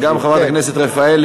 וגם חברת הכנסת רפאלי,